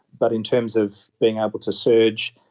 but in terms of being able to surge,